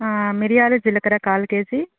మిరియాలు జీలకర్ర కాల్ కేజీ